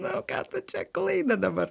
nu ką tu čia klaidą dabar